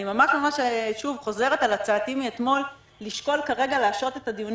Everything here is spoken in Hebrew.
אני שוב חוזרת על הצעתי מאתמול לשקול כרגע להשהות את הדיונים